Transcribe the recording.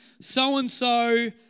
so-and-so